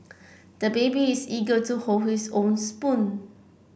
the baby is eager to hold his own spoon